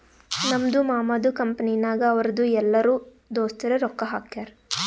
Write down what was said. ನಮ್ದು ಮಾಮದು ಕಂಪನಿನಾಗ್ ಅವ್ರದು ಎಲ್ಲರೂ ದೋಸ್ತರೆ ರೊಕ್ಕಾ ಹಾಕ್ಯಾರ್